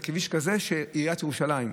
וזה כביש של עיריית ירושלים.